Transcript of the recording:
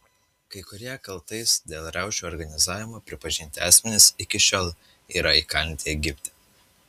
kai kurie kaltais dėl riaušių organizavimo pripažinti asmenys iki šiol yra įkalinti egipte